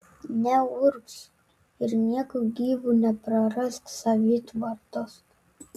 neurgzk ir nieku gyvu neprarask savitvardos